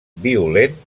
violent